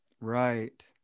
right